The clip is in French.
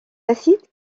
acides